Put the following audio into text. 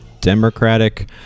Democratic